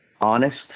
honest